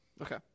Okay